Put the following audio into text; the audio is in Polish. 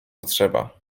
potrzeba